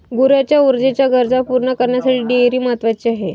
गुरांच्या ऊर्जेच्या गरजा पूर्ण करण्यासाठी डेअरी महत्वाची आहे